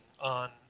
on